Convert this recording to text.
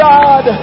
God